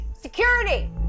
security